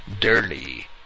dirty